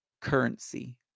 currency